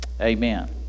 Amen